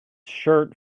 shirt